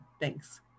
thanks